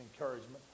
encouragement